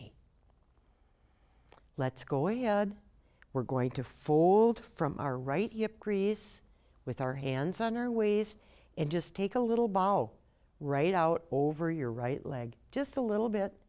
knee let's go ahead we're going to fold from our right you have grease with our hands on our waist and just take a little bow right out over your right leg just a little bit